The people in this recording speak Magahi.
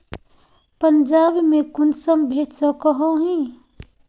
पंजाब में कुंसम भेज सकोही?